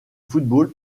football